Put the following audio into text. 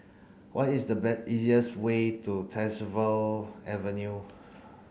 what is the easiest way to Tyersall Avenue